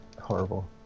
horrible